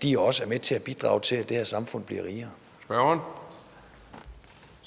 Pihl Lorentzen): Spørgeren. Kl. 14:46 Leif Lahn Jensen (S):